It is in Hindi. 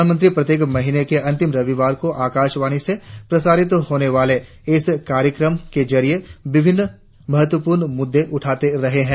प्रधानमंत्री प्रत्येक महीने के अंतिम रविवार को आकाशवाणी से प्रसारित होने वाले इस कार्यक्रम के जरिए विभिन्न महत्वपूर्ण मुद्दे उठाते रहे है